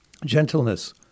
Gentleness